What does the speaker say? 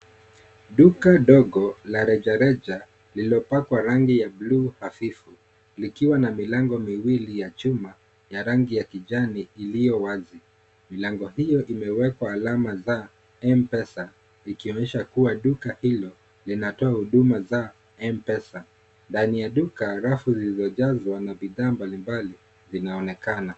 Duka dogo la rejareja lililopakwa rangi ya bluu ya havifu likiwa na milango miwili ya chuma ya rangi ya kijani iliyo wazi, milango hiyo imewekwa alama za Mpesa likionyesha kuwa duka hilo linatoa huduma za Mpesa ndani ya duka rafu lililojazwa na bidhaa mbalimbali linaonekana.